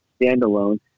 standalone